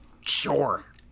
Sure